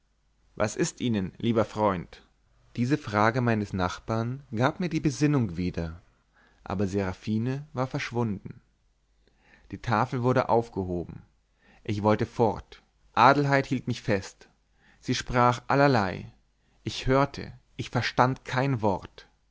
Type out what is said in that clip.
was ist ihnen lieber freund diese frage meines nachbars gab mir die besinnung wieder aber seraphine war verschwunden die tafel wurde aufgehoben ich wollte fort adelheid hielt mich fest sie sprach allerlei ich hörte ich verstand kein wort